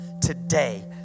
today